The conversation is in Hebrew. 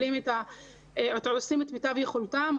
עושים כמיטב יכולתם,